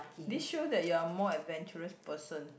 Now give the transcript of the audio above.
this show that you're more adventurous person